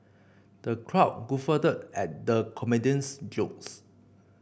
the crowd guffawed at the comedian's jokes